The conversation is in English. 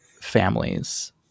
families